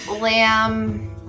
lamb